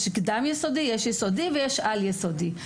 יש קדם יסודי, יש יסודי ויש על יסודי.